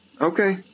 Okay